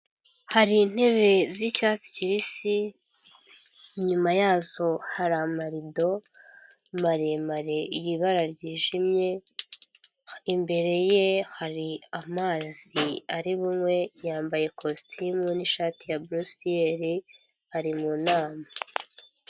Hari intebe z'icyatsi kibisi. Inyuma yazo hari amarido maremare y'ibara ryijimye. Imbere ye hari amazi ari bunywe. Yambaye ikositimu n'ishati ya buresiyeri, ari mu nama.